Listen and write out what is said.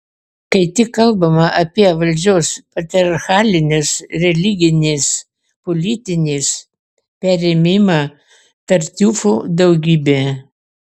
kai tik kalbama apie valdžios patriarchalinės religinės politinės perėmimą tartiufų daugybė